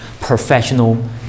professional